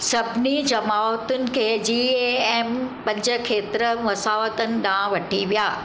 सभिनी जमाअतुनि खे जी ए एम पंज खेत्र मसावतनि ॾांहुं वठी विया